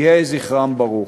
יהי זכרם ברוך.